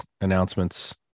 announcements